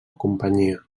companyia